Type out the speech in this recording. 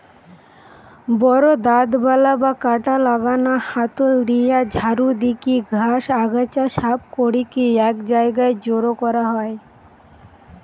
বড় দাঁতবালা বা কাঁটা লাগানা হাতল দিয়া ঝাড়ু দিকি ঘাস, আগাছা সাফ করিকি এক জায়গায় জড়ো করা হয়